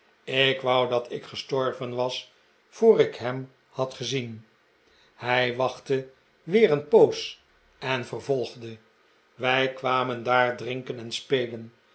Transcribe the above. ik wou dat ik gestorven was voor ik hem had gezien hij wachtte weer een poos en vervolgde wij kwamen daar drinken en spelen